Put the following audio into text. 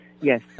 Yes